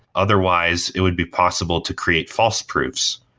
otherwise, it would be possible to create false proofs.